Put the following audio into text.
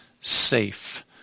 safe